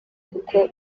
kuko